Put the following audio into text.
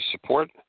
support